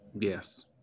Yes